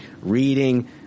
reading